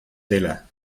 tela